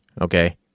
Okay